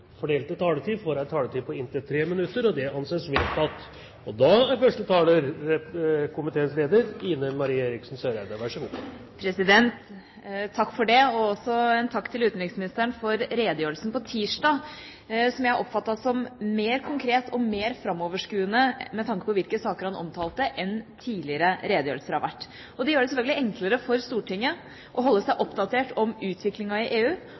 fordelte taletid, får en taletid på inntil 3 minutter. – Det anses vedtatt. En takk til utenriksministeren for redegjørelsen på tirsdag, som jeg oppfattet som mer konkret og mer framoverskuende med tanke på hvilke saker han omtalte, enn tidligere redegjørelser har vært. Det gjør det selvfølgelig enklere for Stortinget å holde seg oppdatert på utviklingen i EU